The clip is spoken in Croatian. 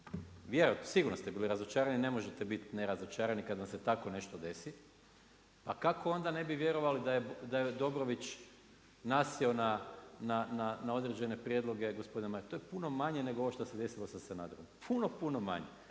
sigurno ste bili razočarani jer ne možete bit ne razočarani kad vam se tako nešto desi, a kako onda ne bi vjerovali da je Dobrović nasjeo na određene prijedloge gospodina. To je puno manje nego ovo što se desilo sa Sanaderom, puno, puno manje.